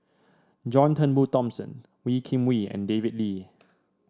John Turnbull Thomson Wee Kim Wee and David Lee